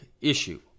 issue